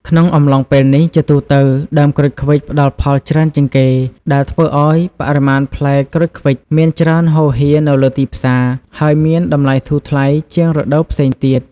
ក្នុងអំឡុងពេលនេះ ជាទូទៅដើមក្រូចឃ្វិចផ្តល់ផលច្រើនជាងគេ ដែលធ្វើឲ្យបរិមាណផ្លែក្រូចឃ្វិចមានច្រើនហូរហៀរនៅលើទីផ្សារ ហើយមានតម្លៃធូរថ្លៃជាងរដូវផ្សេងទៀត។